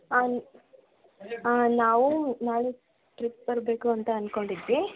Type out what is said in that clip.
ನಾವು ನಾಳೆ ಟ್ರಿಪ್ ಬರಬೇಕು ಅಂತ ಅಂದ್ಕೊಂಡಿದ್ವಿ